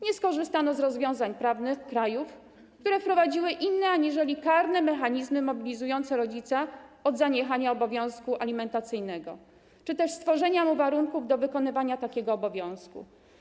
Nie skorzystano z rozwiązań prawnych krajów, które wprowadziły inne aniżeli karne mechanizmy mobilizujące rodzica, który zaniechał obowiązku alimentacyjnego, czy też zmierzające do stworzenia mu warunków do wykonywania takiego obowiązku.